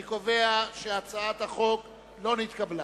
אני קובע שהצעת החוק לא נתקבלה.